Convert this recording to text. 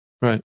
Right